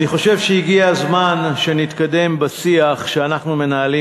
אני חושב שהגיע הזמן שנתקדם בשיח שאנחנו מנהלים